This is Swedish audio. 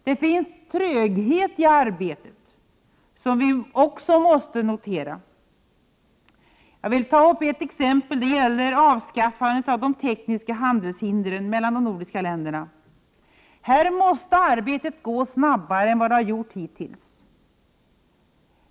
Det råder en tröghet i arbetet, som också måste noteras. Som exempel vill jag nämna avskaffandet av de tekniska handelshindren mellan de nordiska länderna. Här måste arbetet gå snabbare än vad det gjort hittills.